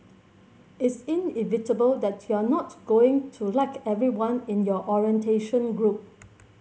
it's inevitable that you're not going to like everyone in your orientation group